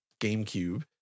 gamecube